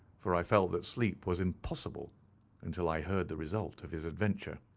for i felt that sleep was impossible until i heard the result of his adventure.